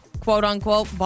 quote-unquote